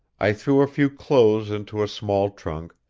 i threw a few clothes into a small trunk,